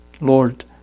Lord